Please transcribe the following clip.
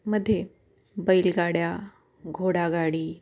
मध्ये बैलगाड्या घोडागाडी